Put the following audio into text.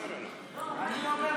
אני אומר: תמשיך.